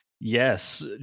Yes